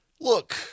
look